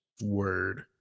word